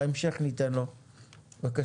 בהמשך ניתן לו, בבקשה.